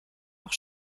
auch